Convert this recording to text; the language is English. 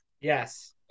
yes